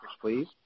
please